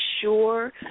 sure